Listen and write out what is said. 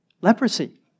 leprosy